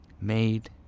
Made